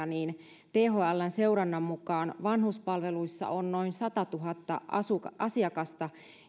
niin niin thln seurannan mukaan vanhuspalveluissa on noin satatuhatta asiakasta